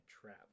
travel